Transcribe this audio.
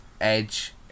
edge